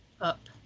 up